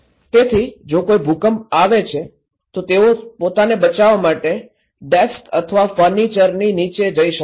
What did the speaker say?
તેથી જો કોઈ ભૂકંપ આવે છે તો તેઓ પોતાને બચાવવા માટે ડેસ્ક અથવા ફર્નિચરની નીચે જઈ શકે છે